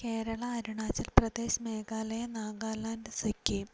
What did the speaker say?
Kerala Arunachal Pradesh Meghalaya Nagaland Sikkim